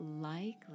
likely